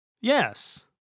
Yes